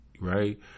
right